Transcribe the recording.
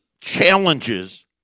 challenges